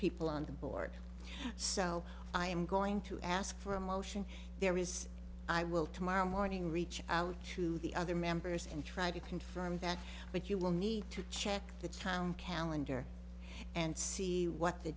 people on the board so i am going to ask for a motion there is i will tomorrow morning reach out to the other members and try to confirm that but you will need to check the town calendar and see what the